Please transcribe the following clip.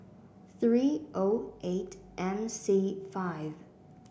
three O eight M C five